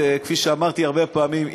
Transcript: כפי שאמרתי הרבה פעמים,